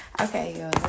Okay